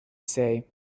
say